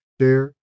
share